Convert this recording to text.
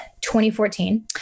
2014